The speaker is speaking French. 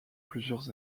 plusieurs